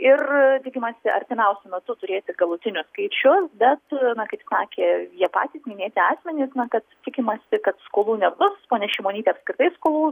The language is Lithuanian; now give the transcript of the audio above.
ir tikimasi artimiausiu metu turėti galutinius skaičius bet na kaip sakė jie patys minėti asmenys na kad tikimasi kad skolų nebus ponia šimonytė apskritai skolų